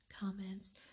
comments